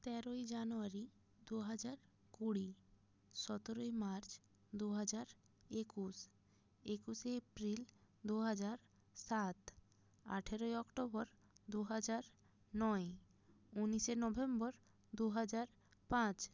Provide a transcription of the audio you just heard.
তেরোই জানোয়ারি দু হাজার কুড়ি সতেরোই মার্চ দু হাজার একুশ একুশে এপ্রিল দু হাজার সাত আঠেরোই অক্টোবর দু হাজার নয় উনিশে নভেম্বর দু হাজার পাঁচ